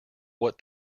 what